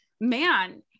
man